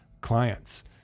clients